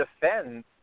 defend